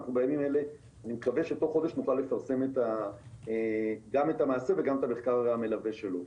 אני מקווה שבתוך חודש נוכל לפרסם גם את המעשה וגם את המחקר המלווה שלו.